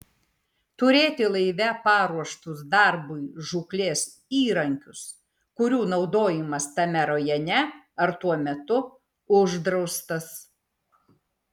turėti laive paruoštus darbui žūklės įrankius kurių naudojimas tame rajone ar tuo metu uždraustas